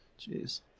Jeez